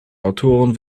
autoren